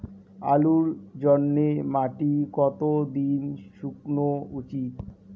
আলুর জন্যে মাটি কতো দিন শুকনো উচিৎ?